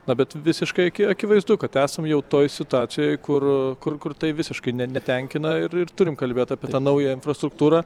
na bet visiškai akivaizdu kad esam jau toj situacijoj kur kur kur tai visiškai ne netenkina ir turim kalbėt apie tą naują infrastruktūrą